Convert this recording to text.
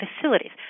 facilities